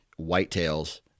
whitetails